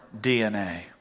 DNA